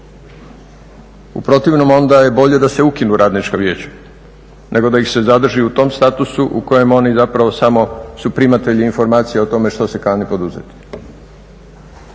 u protivnom onda je bolje da se ukinu radnička vijeća nego da im se zadrži u tom statusu u kojem oni zapravo samo su primatelji informacija o tome što se kani poduzeti.